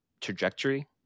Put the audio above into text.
trajectory